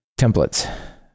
templates